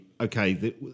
okay